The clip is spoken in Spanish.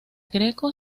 greco